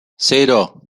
cero